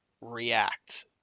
react